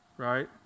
right